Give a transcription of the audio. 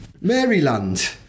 Maryland